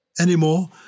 Anymore